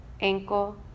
ankle